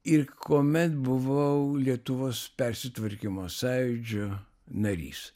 ir kuomet buvau lietuvos persitvarkymo sąjūdžio narys